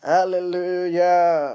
Hallelujah